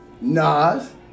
Nas